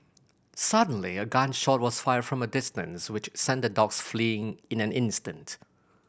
suddenly a gun shot was fired from a distance which sent the dogs fleeing in an instant